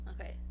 Okay